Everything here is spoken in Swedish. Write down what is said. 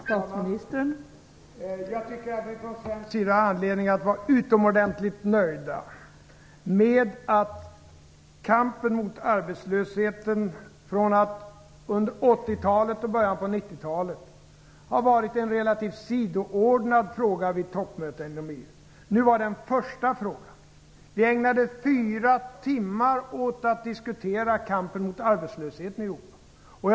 Fru talman! Jag tycker att vi från svensk sida har anledning att vara utomordentligt nöjda med att kampen mot arbetslösheten från att under 80-talet och i början av 90-talet ha varit en relativt sidoordnad fråga vid toppmöten inom EU nu blivit en första fråga. Vi ägnade fyra timmar åt att diskutera kampen mot arbetslösheten i Europa.